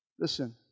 Listen